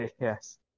Yes